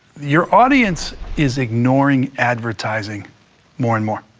your audience is ignoring advertising more and more.